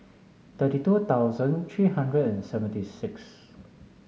thirty two thousand three hundred and seventy six